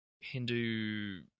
Hindu